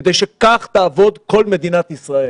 כדי שכך תעבוד כל מדינת ישראל?